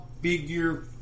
figure